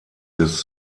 des